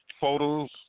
photos